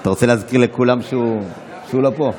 אתה רוצה להזכיר לכולם שהוא לא פה?